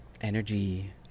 energy